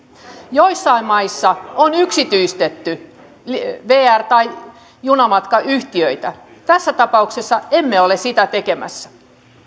joissain maissa on yksityistetty junamatkayhtiöitä tässä tapauksessa emme ole sitä tekemässä